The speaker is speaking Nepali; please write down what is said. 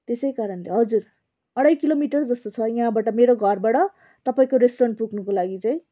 त्यसै कारणले हजुर अढाई किलोमिटर जस्तो छ यहाँबट मेरो घरबाट तपाईँको रेस्टुरेन्ट पुग्नुको लागि चाहिँ